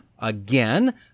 Again